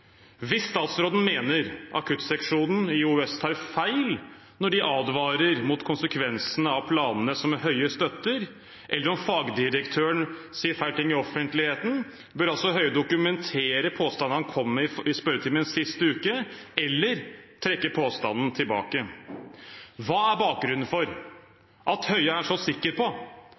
Hvis statsråden mener at akuttseksjonen ved OUS tar feil når de advarer mot konsekvensene av planene som statsråd Høie støtter, eller at fagdirektøren sier feil ting i offentligheten, vil statsråd Høie da dokumentere påstanden han kom med i spørretimen sist uke, eller trekke påstanden tilbake? Hva er bakgrunnen for at statsråd Høie er så sikker på